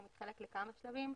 הוא מתחלק לכמה שלבים.